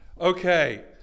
okay